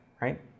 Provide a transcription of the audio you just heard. right